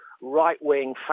right-wing